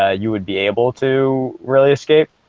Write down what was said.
ah you would be able to really escape